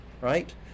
right